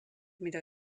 mida